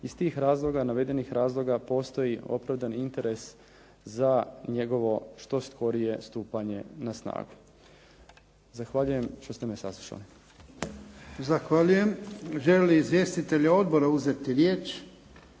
Iz tih razloga, navedenih razloga postoji opravdani interes za njegovo što skorije stupanje na snagu. Zahvaljujem što ste me saslušali. **Jarnjak, Ivan (HDZ)** Zahvaljujem. Žele li izvjestitelji odbora uzeti riječ?